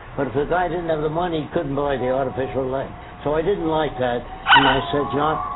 but if a guy didn't have the money, couldn't buy the artificial leg. so, i didn't like that and i said yeah ah